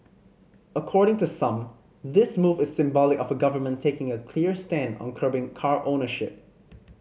according to some this move symbolic of a government taking a clear stand on curbing car ownership